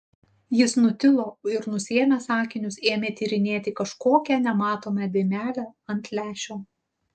jis nutilo ir nusiėmęs akinius ėmė tyrinėti kažkokią nematomą dėmelę ant lęšio